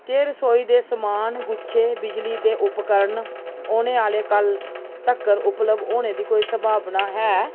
क्या रसोई दे समान गुच्छें बिजली दे उपकरण दी औने आह्ले कल्ल तक्कर उपलब्ध होने दी कोई संभावना है